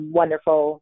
wonderful